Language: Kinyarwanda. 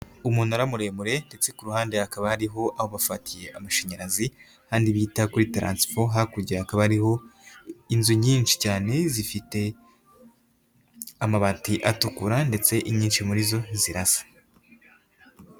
Umunara muremure ndetse ku ruhande hakaba ari aho bafatiye amashanyarazi, hahandi bita kuri taransifo, hakurya hakaba ariho inzu nyinshi cyane zifite amabati atukura ndetse inyinshi muri zo zirasa.